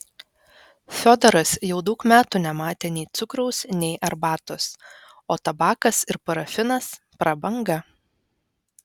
fiodoras jau daug metų nematė nei cukraus nei arbatos o tabakas ir parafinas prabanga